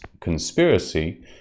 conspiracy